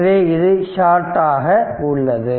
எனவே இது ஷார்ட் ஆக உள்ளது